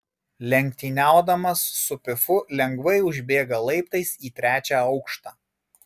lenktyniaudamas su pifu lengvai užbėga laiptais į trečią aukštą